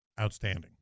outstanding